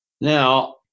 Now